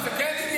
לא, זה כן עניין.